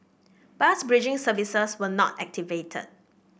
bus bridging services were not activated